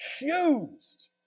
accused